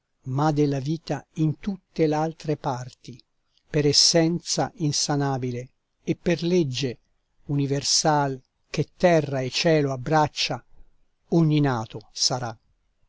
ma della vita in tutte l'altre parti per essenza insanabile e per legge universal che terra e cielo abbraccia ogni nato sarà